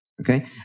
Okay